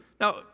Now